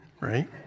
right